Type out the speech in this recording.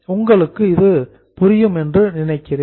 உங்களுக்கு புரிகிறதா